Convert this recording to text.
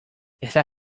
está